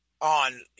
on